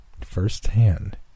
firsthand